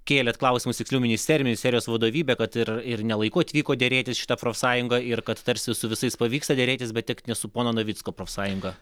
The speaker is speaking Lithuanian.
kėlėt klausimus tiksliau ministerija miniserijos vadovybė kad ir ir ne laiku atvyko derėtis šita profsąjunga ir kad tarsi su visais pavyksta derėtis bet tik ne su pono navicko profsąjunga